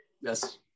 yes